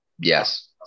Yes